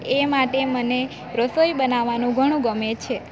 એ માટે મને રસોઈ બનાવવાનું ઘણું ગમે છે